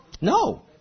No